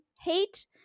hate